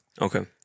Okay